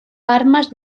armas